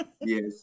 yes